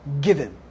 given